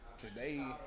Today